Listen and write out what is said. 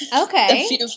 okay